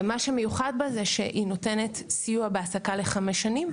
ומה שמיוחד בה היא שהיא נותנת סיוע בהעסקה לחמש שנים,